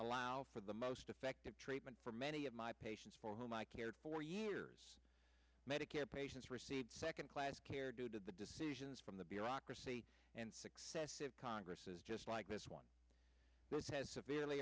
allow for the most effective treatment for many of my patients for whom i cared for years medicare patients received second class care due to the decisions from the bureaucracy and successive congresses just like this one this has severely